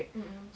mmhmm